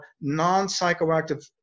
non-psychoactive